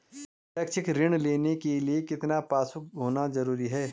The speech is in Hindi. शैक्षिक ऋण लेने के लिए कितना पासबुक होना जरूरी है?